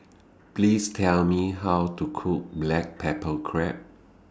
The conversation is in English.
Please Tell Me How to Cook Black Pepper Crab